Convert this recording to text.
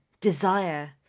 desire